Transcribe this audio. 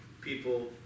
People